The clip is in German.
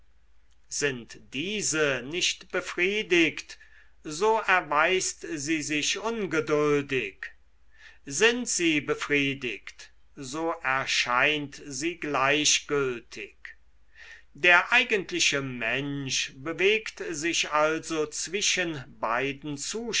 sind diese nicht befriedigt so erweist sie sich ungeduldig sind sie befriedigt so erscheint sie gleichgültig der eigentliche mensch bewegt sich also zwischen beiden